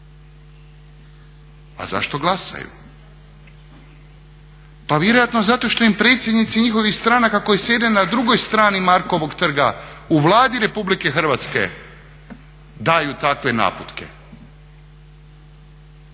A zašto glasaju? Pa vjerojatno zato što im predsjednici njihovih stranaka koji sjede na drugoj strani Markovog trga u Vladi Republike Hrvatske daju takve naputke.